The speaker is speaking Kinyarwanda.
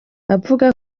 avuga